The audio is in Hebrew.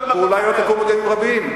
ואולי לא תקום עוד ימים רבים,